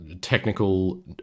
technical